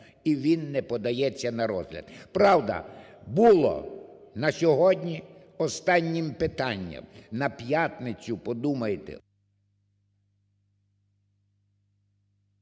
і він не подається на розгляд. Правда, було на сьогодні останнім питанням. На п'ятницю! Подумайте!